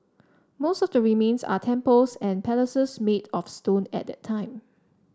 most of the remains are temples and palaces made of stone at that time